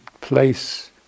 place